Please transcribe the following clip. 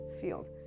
field